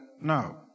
No